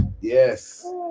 Yes